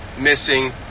missing